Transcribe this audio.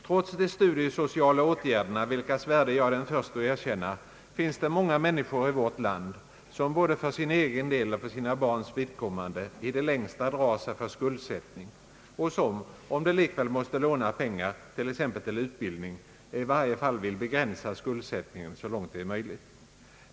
Trots de studiesociala åtgärderna, vilkas värde jag är den förste att erkänna, finns det många människor i vårt land som både för sin egen del och för sina barns vidkommande i det längsta drar sig för skuldsättning och som, om de likväl måste låna pengar t.ex. till utbildning, i varje fall vill begränsa skuldsättningen så långt det är möjligt.